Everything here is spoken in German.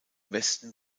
westen